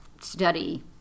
study